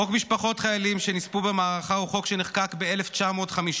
חוק משפחות חיילים שנספו במערכה הוא חוק שנחקק ב-1950.